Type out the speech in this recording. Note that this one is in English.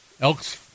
Elks